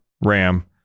Ram